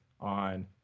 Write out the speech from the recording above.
on